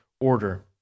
order